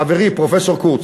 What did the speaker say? חברי פרופסור קורץ.